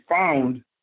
found